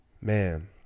Man